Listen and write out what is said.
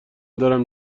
دارم